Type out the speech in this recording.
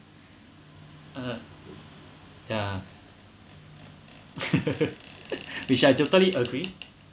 uh yeah which I totally agree